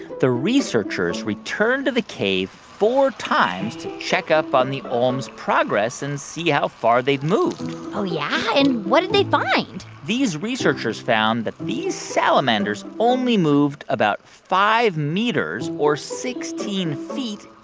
the researchers returned to the cave four times to check up on the olms' progress and see how far they'd moved oh, yeah? and what did they find? these researchers found that these salamanders only moved about five meters, or sixteen feet,